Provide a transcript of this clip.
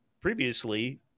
previously